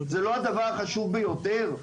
זה לא הדבר החשוב ביותר?